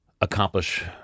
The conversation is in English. accomplish